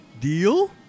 deal